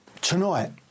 Tonight